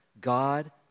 God